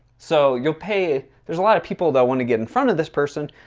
so you'll pay there's a lot of people that want to get in front of this person.